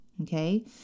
Okay